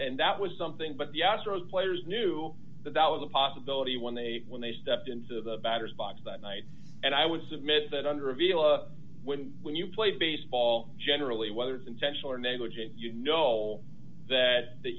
and that was something but the astros players knew that that was a possibility when they when they stepped into the batters box that night and i would submit that under a vila win when you play baseball generally whether it's intentional or negligent you know that